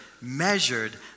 measured